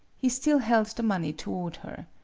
he still held the money toward her.